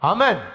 Amen